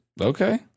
Okay